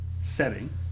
setting